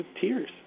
tears